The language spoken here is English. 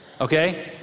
Okay